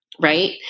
right